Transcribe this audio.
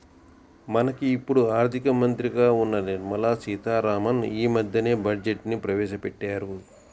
మనకు ఇప్పుడు ఆర్థిక మంత్రిగా ఉన్న నిర్మలా సీతారామన్ యీ మద్దెనే బడ్జెట్ను ప్రవేశపెట్టారు